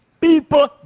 people